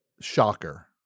Shocker